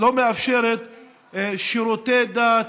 מאפשרת שירותי דת,